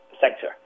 sector